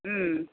हं